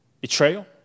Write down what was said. Betrayal